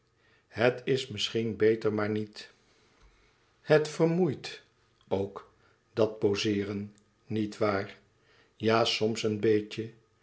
het is misschien beter maar niet het vermoeit ook dat pozeeren niet waar ja soms een beetje